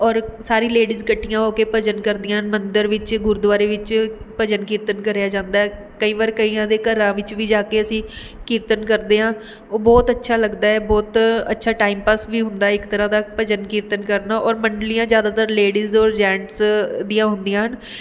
ਔਰ ਸਾਰੀ ਲੇਡੀਜ਼ ਇਕੱਠੀਆਂ ਹੋ ਕੇ ਭਜਨ ਕਰਦੀਆਂ ਹਨ ਮੰਦਰ ਵਿੱਚ ਗੁਰਦੁਆਰੇ ਵਿੱਚ ਭਜਨ ਕੀਰਤਨ ਕਰਿਆ ਜਾਂਦਾ ਕਈ ਵਾਰ ਕਈਆਂ ਦੇ ਘਰਾਂ ਵਿੱਚ ਵੀ ਜਾ ਕੇ ਅਸੀਂ ਕੀਰਤਨ ਕਰਦੇ ਹਾਂ ਉਹ ਬਹੁਤ ਅੱਛਾ ਲੱਗਦਾ ਹੈ ਬਹੁਤ ਅੱਛਾ ਟਾਈਮ ਪਾਸ ਵੀ ਹੁੰਦਾ ਇੱਕ ਤਰ੍ਹਾਂ ਦਾ ਭਜਨ ਕੀਰਤਨ ਕਰਨਾ ਔਰ ਮੰਡਲੀਆਂ ਜ਼ਿਆਦਾਤਰ ਲੇਡੀਜ਼ ਔਰ ਜੈਂਟਸ ਦੀਆਂ ਹੁੰਦੀਆਂ ਹਨ